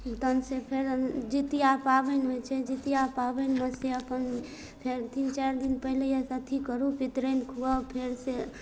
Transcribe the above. तहन से फेर जितिया पाबनि होइ छै जितिया पाबनिमे से अपन फेर तीन चारि दिन पहिलहेसँ अथी करू पितराइन खुआउ फेर से